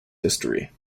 history